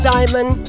Diamond